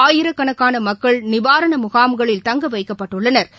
ஆயிரக்கணக்கானமக்கள் நிவாரணமுகாம்களில் தங்கவைக்கப்பட்டுள்ளனா்